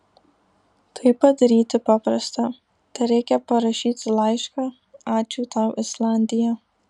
tai padaryti paprasta tereikia parašyti laišką ačiū tau islandija